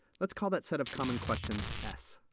let's call that set of common questions s.